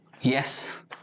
Yes